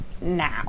now